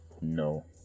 No